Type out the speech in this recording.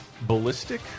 Ballistic